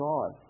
God